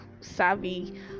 savvy